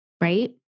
right